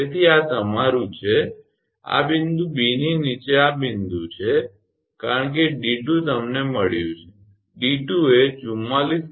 તેથી આ તમારુ છે આ બિંદુ 𝐵 ની નીચે આ બિંદુ છે કારણ કે 𝑑2 તમને મળ્યું છે 𝑑2 એ 44